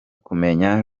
kumenya